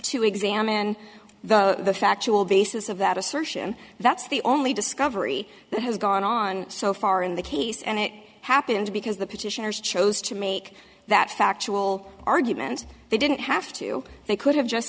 to examine the factual basis of that assertion that's the only discovery that has gone on so far in the case and it happened because the petitioners chose to make that factual argument they didn't have to they could have just